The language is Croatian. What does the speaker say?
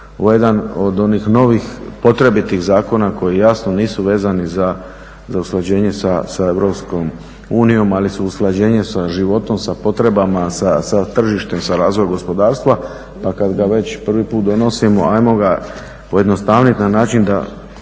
ovo je jedan od onih novih, potrebitih zakona koji jasno nisu vezani za usklađenje s EU, ali su usklađenje sa životom, sa potrebama, sa tržištem, sa razvojem gospodarstva pa kad ga već prvi put donosimo, ajmo ga pojednostavniti na način da,